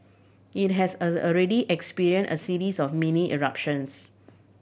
it has already experience a series of mini eruptions